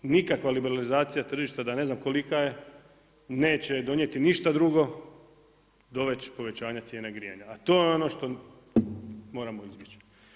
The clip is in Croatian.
Nikakva liberalizacija tržišta da ne znam kolika je neće donijeti ništa drugo do već povećanja cijene grijanja, a to je ono što moramo izbjeći.